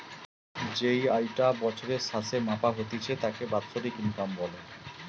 যেই আয়ি টা বছরের স্যাসে মাপা হতিছে তাকে বাৎসরিক ইনকাম বলে